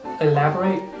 elaborate